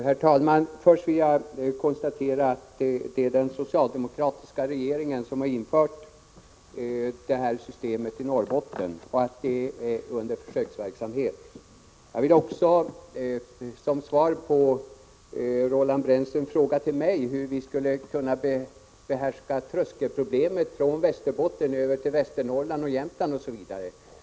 Herr talman! Först vill jag konstatera att det är den socialdemokratiska regeringen som har infört detta system i Norrbotten och att det pågår en försöksverksamhet. Jag vill därefter svara på Roland Brännströms fråga till mig om hur tröskelproblemet i fråga om Västerbotten, Västernorrland, Jämtland osv. skall behärskas.